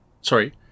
Sorry